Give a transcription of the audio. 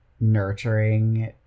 nurturing